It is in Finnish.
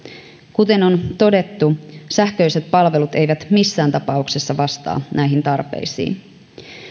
kuten on todettu sähköiset palvelut eivät missään tapauksessa vastaa näihin tarpeisiin